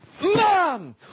Mom